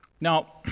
Now